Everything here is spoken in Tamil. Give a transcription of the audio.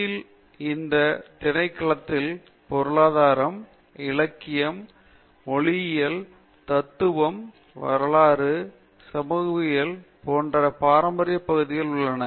யிலுள்ள இந்தத் திணைக்களத்தில் பொருளாதாரம் இலக்கியம் மொழியியல் தத்துவம் வரலாறு சமூகவியல் போன்ற பாரம்பரியப் பகுதிகள் உள்ளன